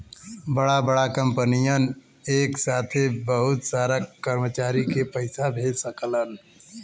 बड़ा बड़ा कंपनियन एक साथे बहुत सारा कर्मचारी के पइसा भेज सकलन